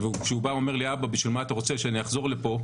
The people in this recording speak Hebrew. וכשהוא בא ושואל אותי בשביל מה אני רוצה שהוא יחזור לפה,